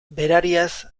berariaz